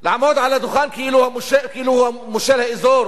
לעמוד על הדוכן כאילו הוא מושל האזור